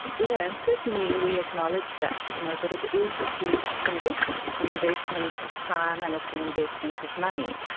yeah and certainly we acknowledge that, you know that it is a huge investment, it's an investment of time and it's an investment of money.